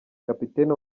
kapiteni